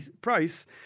Price